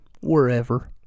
Wherever